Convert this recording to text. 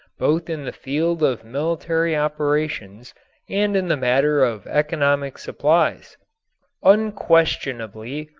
both in the field of military operations and in the matter of economic supplies unquestionably,